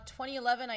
2011